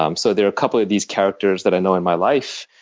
um so there are a couple of these characters that i know in my life,